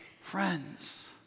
friends